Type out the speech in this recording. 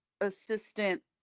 assistant